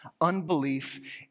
unbelief